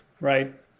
right